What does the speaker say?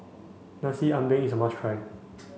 Nasi Ambeng is a must try